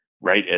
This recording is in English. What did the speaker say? right